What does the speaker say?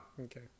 Okay